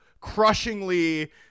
crushingly